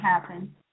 happen